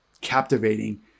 captivating